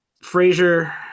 Frazier